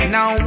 Now